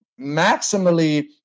maximally